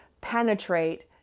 penetrate